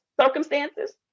circumstances